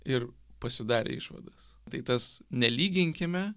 ir pasidarė išvadas tai tas nelyginkime